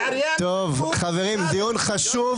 טוב חברים, דיון חשוב.